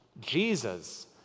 Jesus